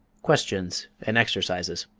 questions and exercises